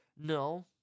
No